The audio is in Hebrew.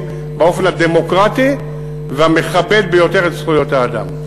באופן הדמוקרטי והמכבד ביותר בזכויות האדם.